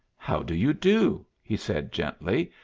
how do you do? he said gently,